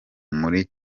muri